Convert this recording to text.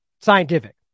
Scientific